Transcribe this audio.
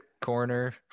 corner